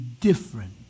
different